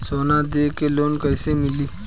सोना दे के लोन कैसे मिली?